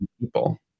people